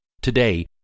Today